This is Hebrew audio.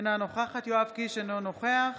אינה נוכחת יואב קיש, אינו נוכח